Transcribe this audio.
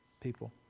people